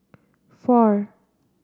four